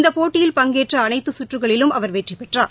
இந்தபோட்டியில் பங்கேற்றஅனைத்துகற்றுகளிலும் அவாவெற்றிபெற்றார்